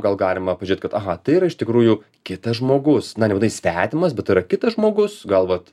gal galima pažiūrėti kad aha tai yra iš tikrųjų kitas žmogus na nebūtinai svetimas bet tai yra kitas žmogus gal vat